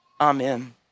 amen